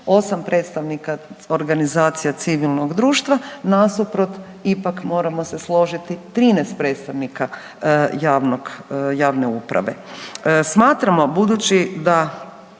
8 predstavnika organizacija civilnog društva nasuprot ipak moramo se složiti 13 predstavnika javnog, javne uprave. Smatramo budući da